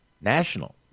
national